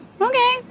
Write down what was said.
okay